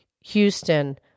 Houston